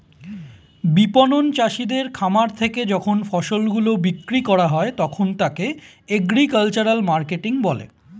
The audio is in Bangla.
বিপণন চাষীদের খামার থেকে যখন ফসল গুলো বিক্রি করা হয় তখন তাকে এগ্রিকালচারাল মার্কেটিং বলে